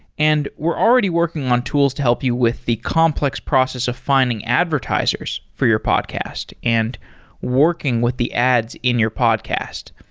and we're already working on tools to help you with the complex process of finding advertisers for your podcast and working with the ads in your podcast.